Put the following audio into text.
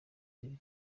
ziri